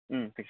sixty